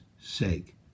sake